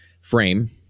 frame